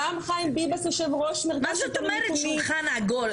גם חיים ביבס יו"ר מרכז שלטון מקומי --- מה זאת אומרת שולחן עגול?